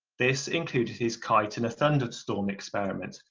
this included his kite in a thunderstorm experiment,